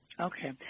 Okay